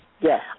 Yes